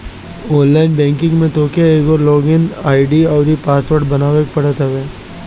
online banking में तोहके एगो लॉग इन आई.डी अउरी पासवर्ड बनावे के पड़त हवे